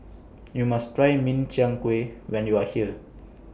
YOU must Try Min Chiang Kueh when YOU Are here